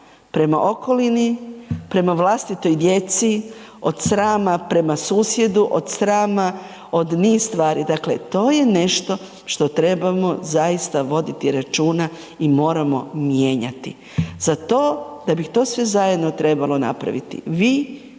prema okolini, prema vlastitoj djeci, od srama prema susjedu, od srama, od niz stvari, dakle, to je nešto što trebamo zaista voditi računa i moramo mijenjati. Za to, da bi to sve zajedno trebalo napraviti, vi kao